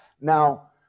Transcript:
Now